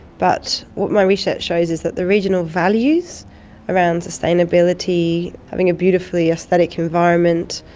but what my research shows is that the regional values around sustainability, having a beautifully aesthetic environment,